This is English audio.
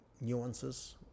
nuances